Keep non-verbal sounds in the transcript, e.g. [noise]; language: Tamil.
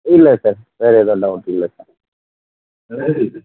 இல்லை சார் வேறு எதுவும் டவுட் இல்லை சார் [unintelligible]